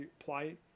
apply